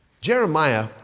Jeremiah